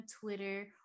Twitter